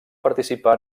participar